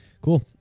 Cool